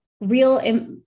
real